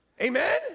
amen